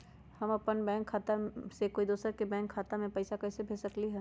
हम अपन बैंक खाता से कोई दोसर के बैंक खाता में पैसा कैसे भेज सकली ह?